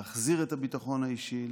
להחזיר את הביטחון האישי,